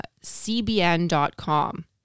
CBN.com